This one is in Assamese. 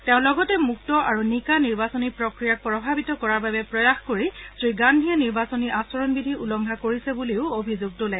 তেওঁ লগতে মুক্ত আৰু নিকা নিৰ্বাচনী প্ৰক্ৰিয়াক প্ৰভাৱিত কৰাৰ বাবে প্ৰয়াস কৰি শ্ৰীগান্ধীয়ে নিৰ্বাচনী আচৰণ বিধি উলংঘা কৰিছে বুলিও অভিযোগ তোলে